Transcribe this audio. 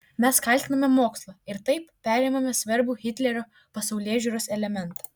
mes kaltiname mokslą ir taip perimame svarbų hitlerio pasaulėžiūros elementą